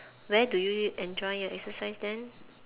where do you you enjoy your exercise then